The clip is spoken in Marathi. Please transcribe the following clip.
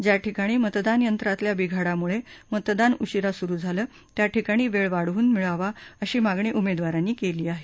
ज्या ठिकाणी मतदानयंत्रातल्या बिघाडामुळे मतदान उशिरा सुरू झालं त्या ठिकाणी वेळ वाढवून मिळावा अशी मागणी उमेदवारांनी केली आहे